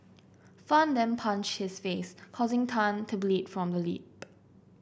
fan then punched his face causing Tan to bleed from the lip